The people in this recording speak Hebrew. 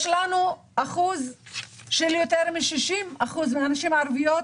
יותר מ-60% מהנשים הערביות